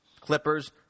Clippers